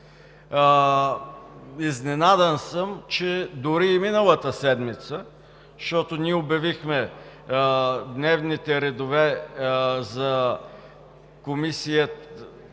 Изненадан съм, че дори и миналата седмица, защото още тогава обявихме дневния ред на Комисията